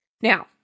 Now